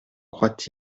croit